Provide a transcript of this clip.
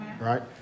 right